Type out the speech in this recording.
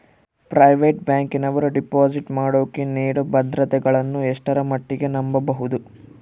Private ಬ್ಯಾಂಕಿನವರು deposit ಮಾಡೋಕೆ ನೇಡೋ ಭದ್ರತೆಗಳನ್ನು ಎಷ್ಟರ ಮಟ್ಟಿಗೆ ನಂಬಬಹುದು?